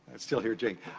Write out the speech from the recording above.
and still hear jing.